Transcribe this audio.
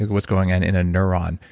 what's going on in a neuron,